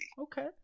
Okay